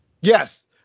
Yes